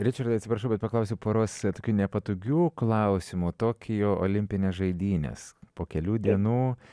ričardai atsiprašau kad paklausiu poros tokių nepatogių klausimų tokijo olimpinės žaidynės po kelių dienų